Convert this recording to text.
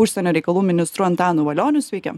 užsienio reikalų ministru antanu valioniu sveiki